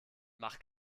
mach